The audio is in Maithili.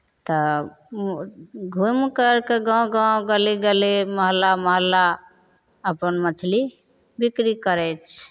तऽ घुमि करि कऽ गाँव गाँव गली गली मोहल्ला मोहल्ला अपन मछली बिक्री करै छै